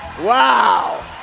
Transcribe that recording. Wow